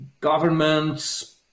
governments